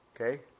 Okay